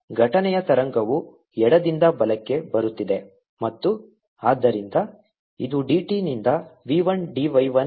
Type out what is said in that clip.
ಘಟನೆಯ ತರಂಗವು ಎಡದಿಂದ ಬಲಕ್ಕೆ ಬರುತ್ತಿದೆ ಮತ್ತು ಆದ್ದರಿಂದ ಇದು d t ನಿಂದ v 1 d y I ಗೆ ಮೈನಸ್ 1 ಆಗಿದೆ